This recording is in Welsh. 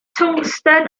twngsten